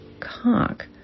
cock